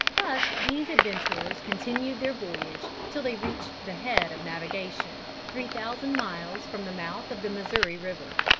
thus these adventurers continued their voyage till they reached the head of navigation, three thousand miles from the mouth of the missouri river.